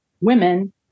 women